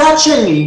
מצד שני,